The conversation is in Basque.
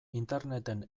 interneten